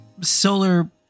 solar